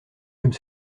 comme